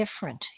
different